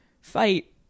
fight